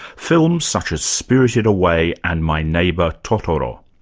films such as spirited away and my neighbour totoro.